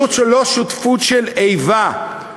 ולא שותפות של איבה,